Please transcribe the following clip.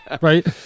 right